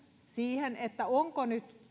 siihen onko